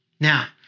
Now